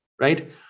right